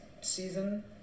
season